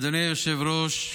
אדוני היושב-ראש,